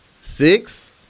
Six